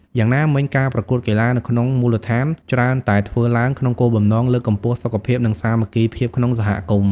យ៉ាងណាមិញ ការប្រកួតកីឡានៅក្នុងមូលដ្ឋានច្រើនតែធ្វើឡើងក្នុងគោលបំណងលើកកម្ពស់សុខភាព និងសាមគ្គីភាពក្នុងសហគមន៍។